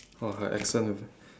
!wah! her accent